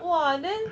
!wah! then